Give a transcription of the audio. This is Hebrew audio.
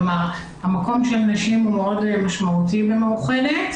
כלומר, המקום של נשים היא מאוד משמעותית במאוחדת.